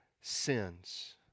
sins